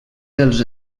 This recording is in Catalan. dels